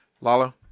Lalo